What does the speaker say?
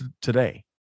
today